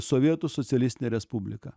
sovietų socialistinę respubliką